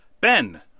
Ben